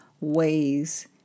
ways